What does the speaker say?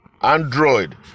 android